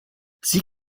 sie